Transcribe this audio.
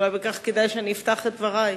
אולי בכך אני אפתח את דברי.